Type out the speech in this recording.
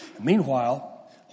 Meanwhile